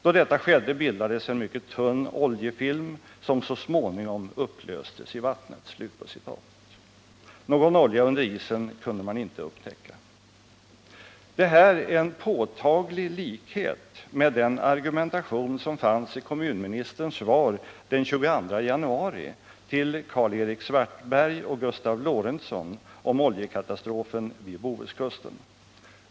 Då detta skedde bildades en mycket tunn oljefilm som så småningom upplöstes i vattnet.” Någon olja under isen kunde man inte upptäcka. — Det är här en påtaglig likhet med den argumentation som fanns i kommunministerns svar den 22 januari till Karl-Erik Svartberg och Gustav Lorentzon om oljekatastrofen vid Bohuskusten.